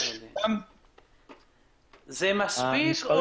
זה מספיק?